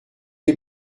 les